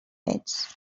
ets